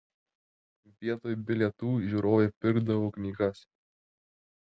vietoj bilietų žiūrovai pirkdavo knygas